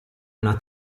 una